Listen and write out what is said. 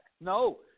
No